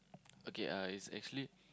okay uh it's actually